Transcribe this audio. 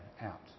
out